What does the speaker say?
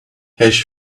hash